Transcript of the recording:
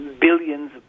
billions